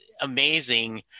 amazing